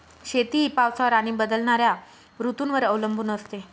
शेती ही पावसावर आणि बदलणाऱ्या ऋतूंवर अवलंबून असते